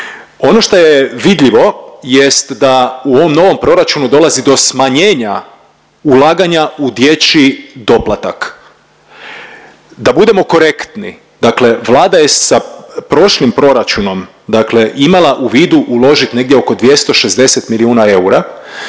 Ono što je vidljivo jest da u ovom novom proračunu dolazi do smanjenja ulaganja u dječji doplatak. Da budemo korektni, dakle Vlada je sa prošlim proračunom, dakle imala u vidu uložiti negdje oko 260 milijuna eura